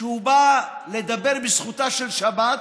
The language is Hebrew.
שהוא בא לדבר בזכותה של שבת,